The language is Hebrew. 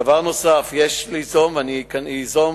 דבר נוסף, יש ליזום, ואני אזום